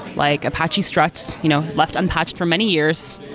like apache struts you know left unpatched for many years.